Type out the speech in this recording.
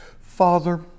Father